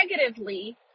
negatively